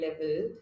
level